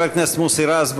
חבר הכנסת מוסי רז,